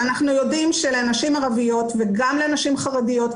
אנחנו יודעים שלנשים ערביות וגם לנשים חרדיות,